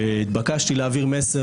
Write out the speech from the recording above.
התבקשתי להעביר מסר,